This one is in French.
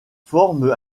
forment